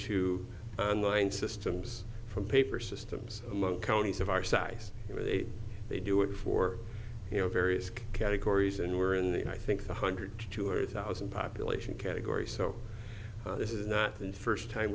to line systems from paper systems among counties of our size and they do it for you know various categories and were in the i think one hundred two hundred thousand population category so this is not the first time